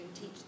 teach